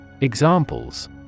Examples